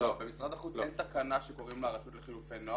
במשרד החוץ אין תקנה שקוראים לה הרשות לחילופי נוער.